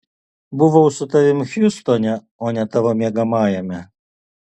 buvau su tavimi hjustone o ne tavo miegamajame